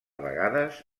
vegades